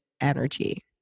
energy